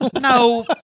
No